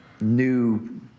new